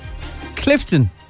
Clifton